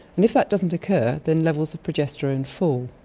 and if that doesn't occur then levels of progesterone fall.